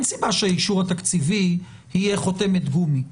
סיבה שהאישור התקציבי יהיה חותמת גומי.